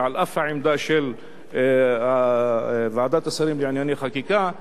ועל אף העמדה של ועדת השרים לענייני חקיקה,